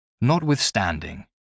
notwithstanding